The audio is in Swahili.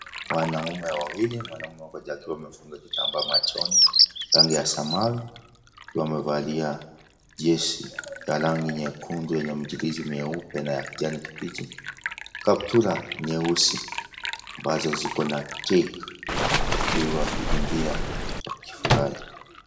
Wanaume wawili, mwanaume mmoja akiwa amefunga kitambaa machoni rangi ya samawi akiwa amevalia jezi la rangi nyekundu lenye michirizi meupe na ya kijani kibichi, kaptura nyeusi ambazo ziko na (cs)tick(cs)wakiwa wakikimbia wakifurahi.